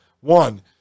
one